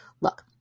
look